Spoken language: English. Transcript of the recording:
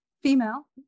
female